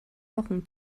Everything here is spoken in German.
wochen